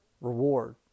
reward